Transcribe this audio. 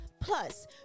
Plus